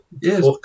Yes